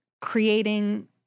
creating